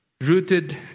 rooted